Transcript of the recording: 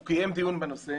הוא קיים דיון בנושא